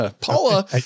Paula